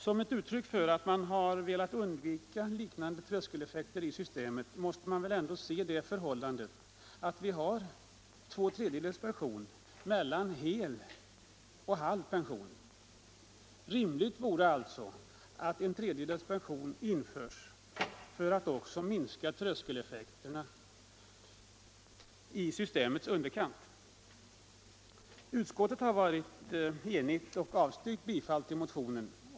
Som ett uttryck för att man velat undvika tröskeleffekter i systemet måste väl det förhållandet ses, att vi har två tredjedels pension mellan hel och halv pension. Rimligt vore alltså att en tredjedels pension infördes för att också minska tröskeleffekterna i systemets underkant. Utskottet har varit enigt och avstyrkt bifall till motionen.